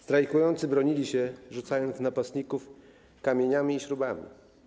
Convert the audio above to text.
Strajkujący bronili się, rzucając w napastników kamieniami i śrubami.